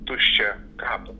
tuščią kapą